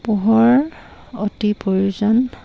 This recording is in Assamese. পোহৰ অতি প্ৰয়োজন